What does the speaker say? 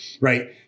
right